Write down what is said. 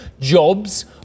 jobs